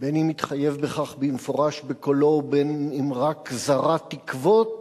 בין שהתחייב בכך במפורש בקולו ובין שרק זרע תקוות.